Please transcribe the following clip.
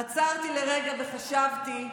עצרתי לרגע וחשבתי: